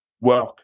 work